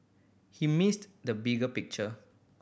he missed the bigger picture